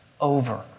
over